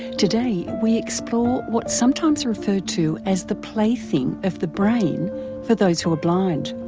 today we explore what's sometimes referred to as the plaything of the brain for those who are blind.